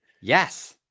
Yes